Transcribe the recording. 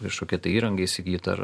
kažkokią tai įrangą įsigyt ar